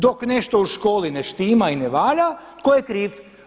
Dok nešto u školi ne štima i ne valja, tko je kriv?